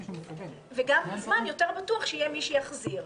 וגם זמן יותר בטוח שיהיה מי שיחזיר.